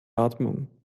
atmung